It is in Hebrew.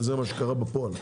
וזה מה שקרה בפועל.